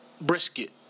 brisket